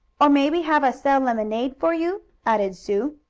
or maybe have us sell lemonade for you? added sue.